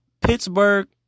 Pittsburgh